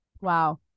Wow